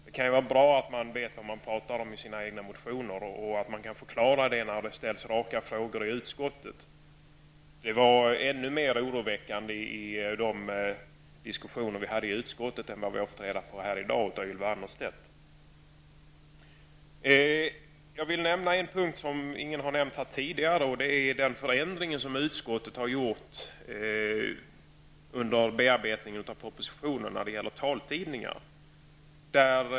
Det kan vara bra att man vet vad man talar om i sina egna motioner och att man kan förklara det när det ställs raka frågor i utskottet. Det var ännu mer oroväckande i de diskussioner vi hade i utskottet, än vad vi har fått reda på i dag av Ylva Annerstedt. Jag vill ta upp en punkt som ingen har nämnt här, nämligen den förändring som utskottet har gjort när det gäller taltidningar.